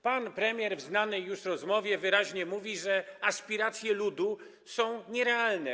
Pan premier w znanej rozmowie wyraźnie mówi, że aspiracje ludu są nierealne.